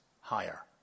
higher